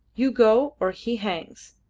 you go, or he hangs.